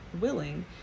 willing